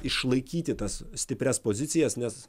išlaikyti tas stiprias pozicijas nes